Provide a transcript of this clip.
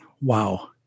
wow